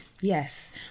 yes